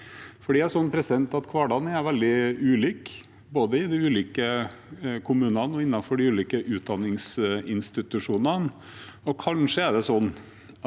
basert på tillit. Hverdagen er veldig ulik, både i de ulike kommunene og innenfor de ulike utdanningsinstitusjonene. Kanskje er det sånn at